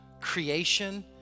creation